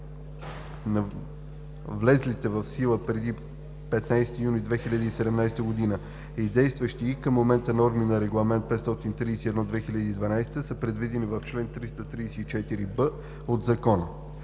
влезлите в сила преди 15 юни 2017 г. и действащи и към момента норми на Регламент (ЕС) № 531/2012 са предвидени в чл. 334б от Закона.